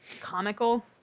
comical